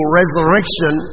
resurrection